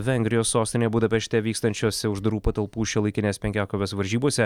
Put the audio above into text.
vengrijos sostinėj budapešte vykstančiose uždarų patalpų šiuolaikinės penkiakovės varžybose